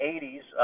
80s